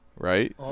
Right